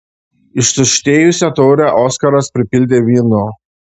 ištuštėjusią taurę oskaras pripildė vynu